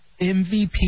MVP